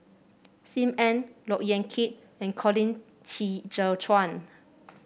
Sim Ann Look Yan Kit and Colin Qi Zhe Quan